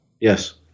Yes